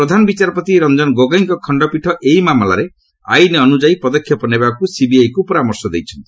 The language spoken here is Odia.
ପ୍ରଧାନ ବିଚାରପତି ରଞ୍ଜନ ଗୋଗୋଇଙ୍କ ଖଣ୍ଡପୀଠ ଏହି ମାମଲାରେ ଆଇନ୍ ଅନୁଯାୟୀ ପଦକ୍ଷେପ ନେବାକୁ ସିବିଆଇକୁ ପରାମର୍ଶ ଦେଇଛନ୍ତି